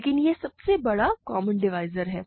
लेकिन यह सबसे बड़ा कॉमन डिवाइज़र है